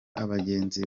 abagenzi